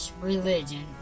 Religion